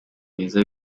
meza